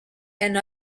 and